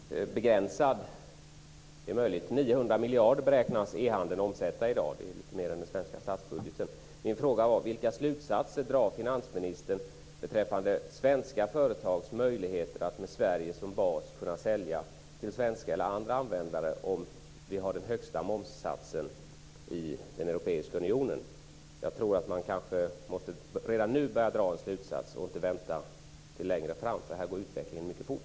Fru talman! Begränsad - det är möjligt. 900 miljarder beräknas den elektroniska handeln omsätta i dag. Det är ju lite mer än den svenska statsbudgeten. Min fråga var: Vilka slutsatser drar finansministern beträffande svenska företags möjligheter att med Sverige som bas sälja till svenska eller andra användare om vi har den högsta momssatsen i den europeiska unionen. Jag tror att man måste dra en slutsats redan nu, och inte vänta till längre fram. Utvecklingen går mycket fort.